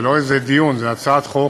זה לא איזה דיון, זו הצעת חוק.